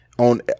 On